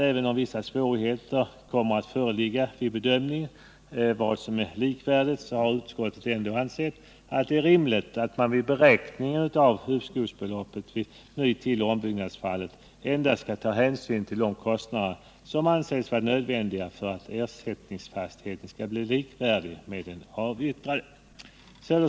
Även om vissa svårigheter kommer att föreligga vid bedömning av vad som är likvärdigt, så har utskottet ändå ansett det vara rimligt att man vid beräkning av uppskovsbeloppet vid ny-, tilleller ombyggnadsfallen skall ta hänsyn endast till sådana kostnader som ansetts vara nödvändiga för att ersättningsfastigheten skall bli likvärdig med den avyttrade.